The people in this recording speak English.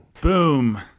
Boom